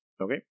Okay